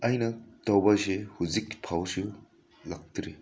ꯑꯩꯅ ꯇꯧꯕꯁꯦ ꯍꯧꯖꯤꯛꯐꯥꯎꯁꯨ ꯂꯥꯛꯇ꯭ꯔꯤ